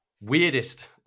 weirdest